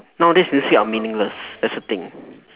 nowadays music are meaningless that's the thing